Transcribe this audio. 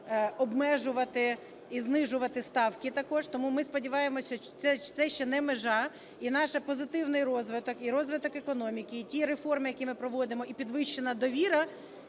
обмежувати і знижувати ставки також. Тому ми сподіваємося це ще не межа, і наш позитивний розвиток і розвиток економіки, і ті реформи, які ми проводимо, і підвищена довіра